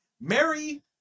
Mary